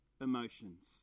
emotions